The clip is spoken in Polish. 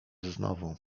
znowu